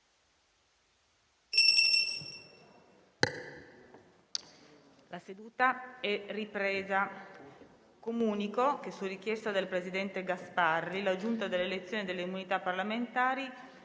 una nuova finestra"). Comunico che, su richiesta del presidente Gasparri, la Giunta delle elezioni e delle immunità parlamentari